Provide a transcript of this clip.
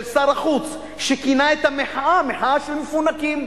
שר החוץ שכינה את המחאה מחאה של מפונקים.